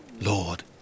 Lord